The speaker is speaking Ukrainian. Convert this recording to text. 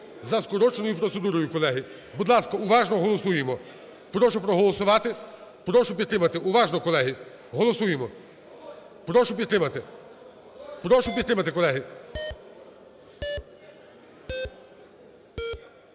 за скороченою процедурою, колеги. Будь ласка, уважно голосуємо. Прошу проголосувати, прошу підтримати. Уважно, колеги, голосуємо. Прошу підтримати, прошу підтримати, колеги.